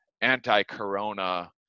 anti-corona